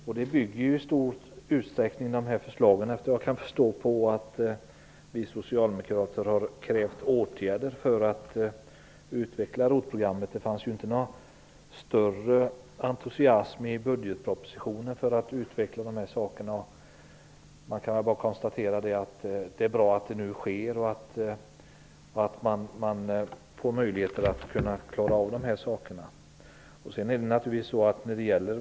Såvitt jag kan förstå bygger dessa förslag i stor utsträckning på att vi socialdemokrater har krävt åtgärder för att utveckla ROT-programmet. I budgetpropositionen visades det ju ingen större entusiasm för det. Jag kan bara konstatera att det är bra att detta nu sker och att man får möjlighet att lösa dessa problem.